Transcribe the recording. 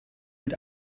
mit